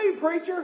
preacher